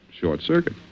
short-circuit